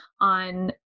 on